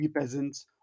peasants